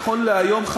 נכון להיום,